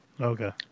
Okay